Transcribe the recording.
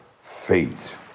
fate